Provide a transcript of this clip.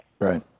Right